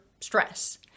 stress